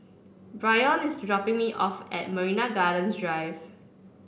Bryon is dropping me off at Marina Gardens Drive